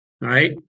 right